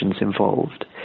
involved